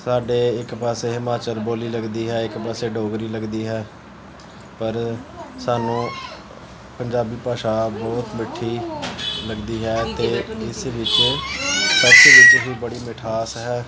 ਸਾਡੇ ਇੱਕ ਪਾਸੇ ਹਿਮਾਚਲ ਬੋਲੀ ਲੱਗਦੀ ਹੈ ਇੱਕ ਪਾਸੇ ਡੋਗਰੀ ਲੱਗਦੀ ਹੈ ਪਰ ਸਾਨੂੰ ਪੰਜਾਬੀ ਭਾਸ਼ਾ ਬਹੁਤ ਮਿੱਠੀ ਲੱਗਦੀ ਹੈ ਅਤੇ ਇਸ ਵਿੱਚ ਸੱਚ ਵਿੱਚ ਹੀ ਬੜੀ ਮਿਠਾਸ ਹੈ